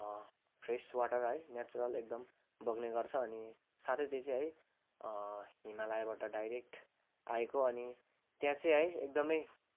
fresh water है natural एकदम बग्ने गर्छ अनि साथै त्यो चाहिँ है हिमालयबाट डाइरेक्ट आएको अनि त्यहाँ चाहिँ है एकदमै